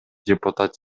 депутат